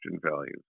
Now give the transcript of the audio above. values